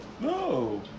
no